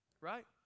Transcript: right